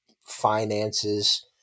finances